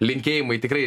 linkėjimai tikrai